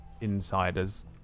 insiders